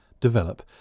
develop